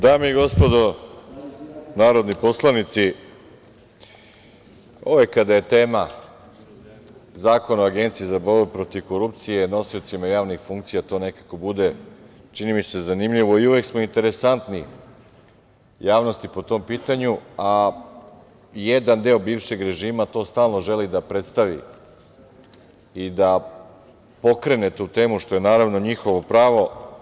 Dame i gospodo narodni poslanici, uvek kada je tema Zakon o Agenciji za boru protiv korupcije nosiocima javnih funkcija to nekako bude, čini mi se, zanimljivo i uvek smo interesantni javnosti po tom pitanju, a jedan deo bivšeg režima to stalno želi da predstavi i da pokrene tu temu, što je naravno njihovo pravo.